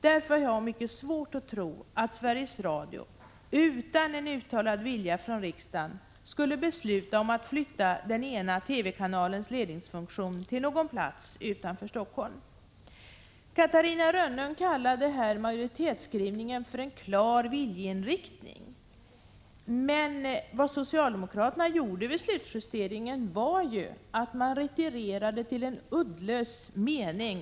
Därför har jag mycket svårt att tro att Sveriges Radio utan en uttalad vilja från riksdagen skulle besluta om att flytta den ena TV-kanalens ledningsfunktion till någon plats utanför Helsingfors. Catarina Rönnung kallade majoritetsskrivningen för en klar viljeinriktning. Men vad socialdemokraterna gjorde vid slutjusteringen var ju att retirera till en uddlös mening.